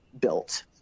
built